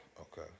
Okay